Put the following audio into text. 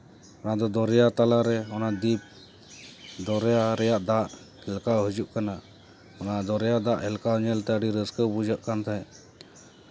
ᱚᱱᱟ ᱫᱚ ᱫᱚᱨᱭᱟ ᱛᱟᱞᱟ ᱨᱮ ᱚᱱᱟ ᱫᱤᱯ ᱫᱚᱨᱭᱟ ᱨᱮᱭᱟᱜ ᱫᱟᱜ ᱦᱮᱞᱠᱟᱣ ᱦᱤᱡᱩᱜ ᱠᱟᱱᱟ ᱚᱱᱟ ᱫᱚᱨᱭᱟ ᱫᱟᱜ ᱦᱮᱞᱠᱟᱣ ᱧᱮᱞ ᱛᱮ ᱟᱹᱰᱤ ᱨᱟᱹᱥᱠᱟᱹ ᱵᱩᱡᱷᱟᱹᱜ ᱠᱟᱱ ᱛᱟᱦᱮᱸᱜ